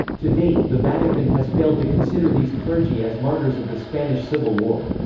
to date, the vatican has failed to consider these clergy as martyrs of the spanish civil war.